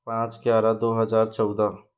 पाँच ग्यारा दो हज़ार चौदह